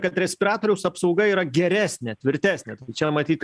kad respiratoriaus apsauga yra geresnė tvirtesnė čia matyt